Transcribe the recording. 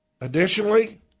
Additionally